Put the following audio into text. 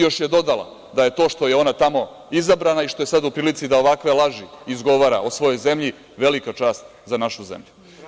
Još je dodala da je to što je ona tamo izabrana i što je u prilici da ovakve laži izgovara o svojoj zemlji velika čast za našu zemlju.